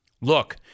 Look